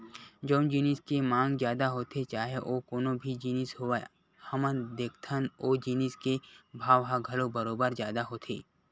जउन जिनिस के मांग जादा होथे चाहे ओ कोनो भी जिनिस होवय हमन देखथन ओ जिनिस के भाव ह घलो बरोबर जादा होथे